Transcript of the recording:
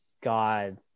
God